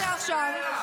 אז מה אתה עושה עכשיו?